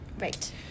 Right